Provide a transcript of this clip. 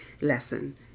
lesson